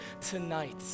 tonight